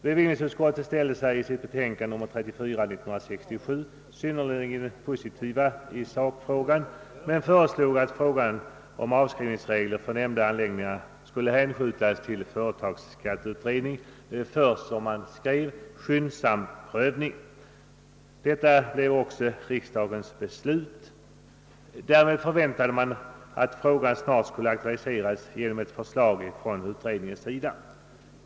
Bevillningsutskottet ställde sig i sitt betänkande nr 34 år 1967 synnerligen positivt i sakfrågan men föreslog att frågan om avskrivningsregler för nämnda anläggningar skulle hänskjutas till företagsskatteutredningen för skyndsam prövning. Detta blev också riksdagens beslut. Därmed förväntade man att frågan snart skulle aktualiseras genom förslag från utredningens sida.